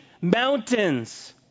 mountains